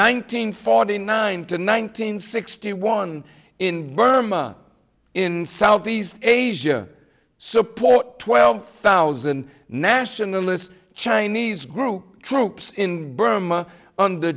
hundred forty nine to nine hundred sixty one in burma in southeast asia support twelve thousand nationalist chinese group troops in burma under